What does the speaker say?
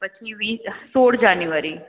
પછી વીસ સોળ જાન્યુવારી